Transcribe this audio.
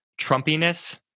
Trumpiness